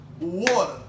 water